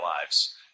lives